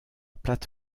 plate